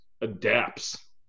adapts